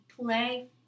play